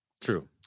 True